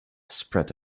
spread